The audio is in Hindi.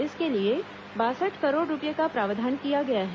इसके लिए बासठ करोड़ रूपये का प्रावधान किया गया है